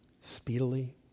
speedily